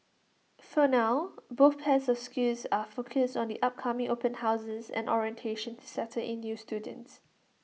for now both pairs of schools are focused on the upcoming open houses and orientation to settle in new students